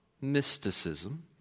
mysticism